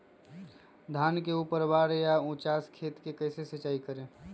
धान के ऊपरवार या उचास खेत मे कैसे सिंचाई करें?